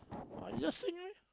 just sing